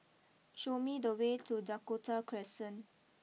show me the way to Dakota Crescent